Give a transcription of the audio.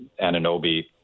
ananobi